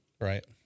Right